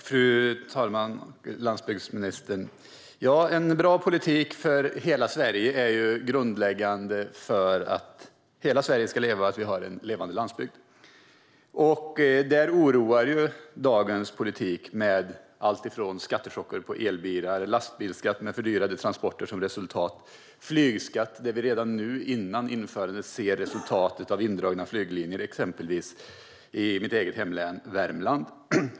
Fru talman! Landsbygdsministern! En bra politik för hela Sverige är ju grundläggande för att hela Sverige ska leva och att vi har en levande landsbygd. Där oroar dagens politik med alltifrån skattechocker på elbilar, lastbilsskatt med fördyrade transporter som resultat, flygskatt, där vi redan före införandet ser resultatet av indragna flyglinjer i exempelvis mitt eget hemlän, Värmland.